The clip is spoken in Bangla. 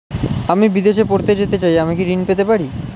আমি বিদেশে পড়তে যেতে চাই আমি কি ঋণ পেতে পারি?